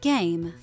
Game